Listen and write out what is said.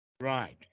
Right